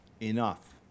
enough